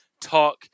talk